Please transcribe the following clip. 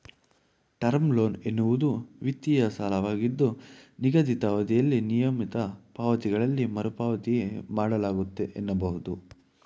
term loan ಎನ್ನುವುದು ವಿತ್ತೀಯ ಸಾಲವಾಗಿದ್ದು ನಿಗದಿತ ಅವಧಿಯಲ್ಲಿ ನಿಯಮಿತ ಪಾವತಿಗಳಲ್ಲಿ ಮರುಪಾವತಿ ಮಾಡಲಾಗುತ್ತೆ ಎನ್ನಬಹುದು